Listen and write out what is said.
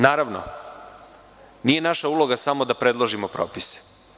Naravno, nije naša uloga samo da predložimo propise.